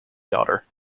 daughter